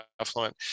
affluent